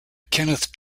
kenneth